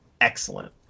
excellent